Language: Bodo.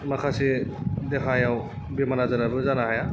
माखासे देहायाव बेमार आजाराबो जानो हाया